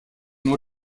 nur